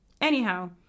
anyhow